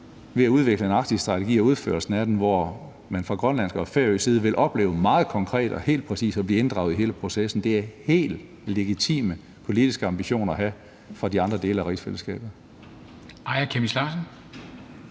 til at udvikle en Arktisstrategi og en udførelse af den, hvor man fra grønlandsk og færøsk side vil opleve meget konkret og helt præcis at blive inddraget i hele processen. Det er helt legitime politiske ambitioner at have for de andre dele af rigsfællesskabet.